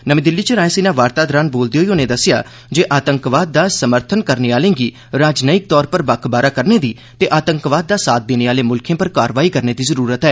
नमीं दिल्ली च रासयना वार्ता दरान बोलदे हाई उने आक्खेआ जे आतंकवाद दा समर्थन करने आलें गी राजनैयिक तौर पर बक्ख बाह्रा करने दी ते आतंकवाद दा साथ देने आले मुल्खें पर कार्यवाही करने दी जरूरत ऐ